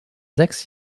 sechs